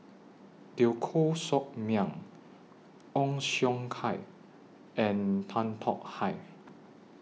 Teo Koh Sock Miang Ong Siong Kai and Tan Tong Hye